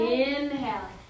inhale